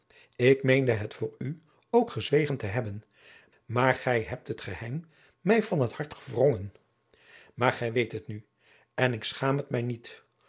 ik meende het voor u ook gezwegen te hebben maar gij hebt het geheim mij van het hart gewrongen maar gij weet het nu en ik schaam het mij niet